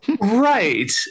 right